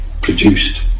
produced